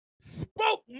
spoke